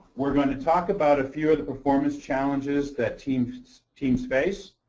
we're going to talk about a few of the performance challenges that teams teams face.